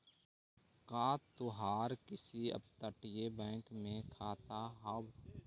का तोहार किसी अपतटीय बैंक में खाता हाव